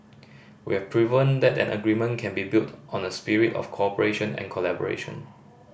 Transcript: we have proven that an agreement can be built on a spirit of cooperation and collaboration